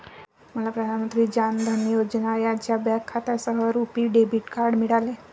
मला प्रधान मंत्री जान धन योजना यांच्या बँक खात्यासह रुपी डेबिट कार्ड मिळाले